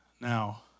Now